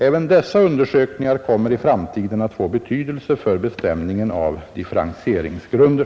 Även dessa undersökningar kommer i framtiden att få betydelse för bestämningen av differentieringsgrunder.